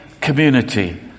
community